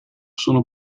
sono